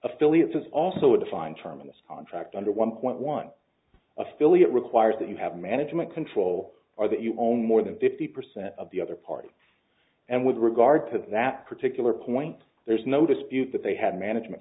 affiliates is also a defined term in this contract under one point one affiliate requires that you have management control or that you own more than fifty percent of the other party and with regard to that particular point there's no dispute that they had management